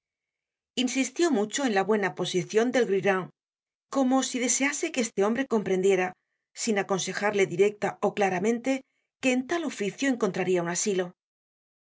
insistió mucho en la buena posicion del grurin como si desease que este hombre comprendiera sinacon sejarle directa y claramente que en tal oficio encontraria un asilo